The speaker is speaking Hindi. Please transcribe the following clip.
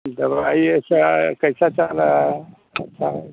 दवाई ऐसा कैसा चल रहा है अच्छा है